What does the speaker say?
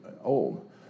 old